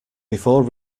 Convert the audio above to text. before